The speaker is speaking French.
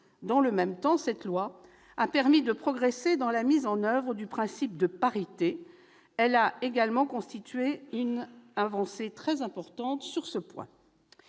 Dans le même temps, cette loi a permis de progresser dans la mise en oeuvre du principe de parité. Elle a constitué une avancée très importante sur ce point.